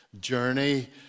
journey